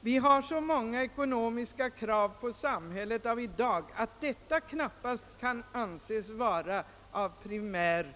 Vi har så många ekonomiska krav på samhället av i dag att just detta knappast kan anses vara av primär